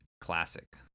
classic